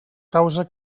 causa